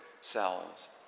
selves